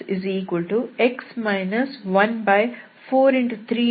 y2xx 14